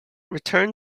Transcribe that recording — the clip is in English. return